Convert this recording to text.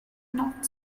not